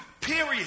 period